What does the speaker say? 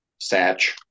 Satch